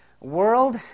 world